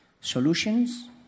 solutions